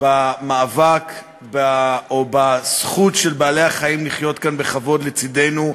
במאבק או בזכות של-בעלי החיים לחיות כאן בכבוד לצדנו,